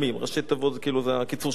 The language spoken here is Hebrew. זה הקיצור של "פייסבוק"